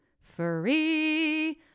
free